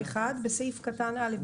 בסעיף קטן (א),